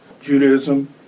Judaism